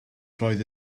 roedd